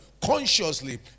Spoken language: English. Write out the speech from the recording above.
consciously